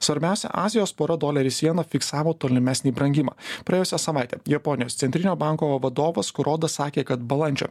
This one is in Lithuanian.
svarbiausia azijos pora doleris vieną fiksavo tolimesnį brangimą praėjusią savaitę japonijos centrinio banko vadovas kurodas sakė kad balandžio